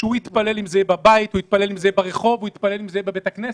שהוא יתפלל בין אם זה יהיה בבית ובין אם זה יהיה ברחוב או בבית כנסת